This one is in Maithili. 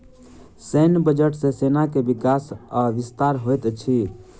सैन्य बजट सॅ सेना के विकास आ विस्तार होइत अछि